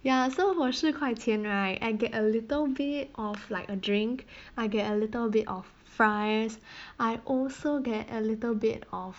ya so 我四块钱 right I get a little bit of like a drink I get a little bit of fries I also get a little bit of